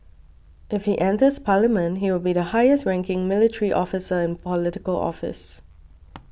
if he enters parliament he will be the highest ranking military officer in Political Office